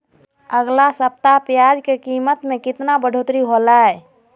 अगला सप्ताह प्याज के कीमत में कितना बढ़ोतरी होलाय?